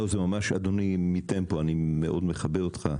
אדוני מטמפו, אני מאוד מכבד אותך.